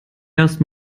erst